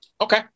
Okay